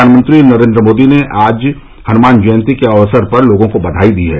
प्रधानमंत्री नरेन्द्र मोदी ने आज हनुमान जयंती के अवसर पर लोगों को बधाई दी है